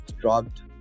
dropped